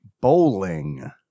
Bowling